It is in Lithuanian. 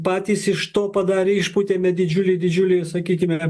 patys iš to padarė išpūtėme didžiulį didžiulį sakykime